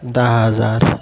दहा हजार